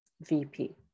VP